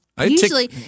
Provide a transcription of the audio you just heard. Usually